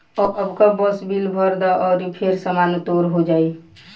अबका बस बिल भर द अउरी फेर सामान तोर हो जाइ